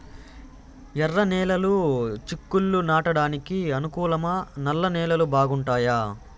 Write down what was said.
ఎర్రనేలలు చిక్కుళ్లు నాటడానికి అనుకూలమా నల్ల నేలలు బాగుంటాయా